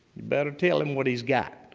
you better tell him what he's got,